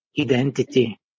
identity